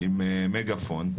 עם מגפון,